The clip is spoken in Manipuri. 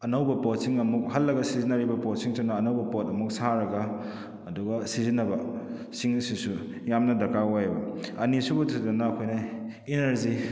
ꯑꯅꯧꯕ ꯄꯣꯠꯁꯤꯡ ꯑꯃꯨꯛ ꯍꯜꯂꯒ ꯁꯤꯖꯤꯟꯅꯔꯤꯕ ꯄꯣꯠꯁꯤꯡꯁꯤꯅ ꯑꯅꯧꯕ ꯄꯣꯠ ꯑꯃꯨꯛ ꯁꯥꯔꯒ ꯑꯗꯨꯒ ꯁꯤꯖꯤꯟꯅꯕ ꯁꯤꯡ ꯑꯁꯤꯁꯨ ꯌꯥꯝꯅ ꯗꯔꯀꯥꯔ ꯑꯣꯏꯑꯕ ꯑꯅꯤ ꯁꯨꯕꯁꯤꯗꯅ ꯑꯩꯈꯣꯏꯅ ꯏꯅꯔꯖꯤ